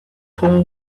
pool